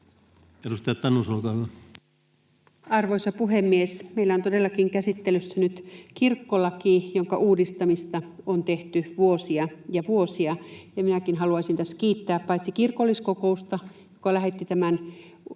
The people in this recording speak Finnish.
Time: 15:58 Content: Arvoisa puhemies! Meillä on todellakin käsittelyssä nyt kirkkolaki, jonka uudistamista on tehty vuosia ja vuosia, ja minäkin haluaisin tässä kiittää paitsi kirkolliskokousta, joka lähetti tämän korjatun